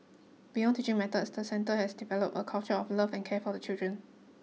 beyond teaching methods the centre has developed a culture of love and care for the children